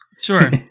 Sure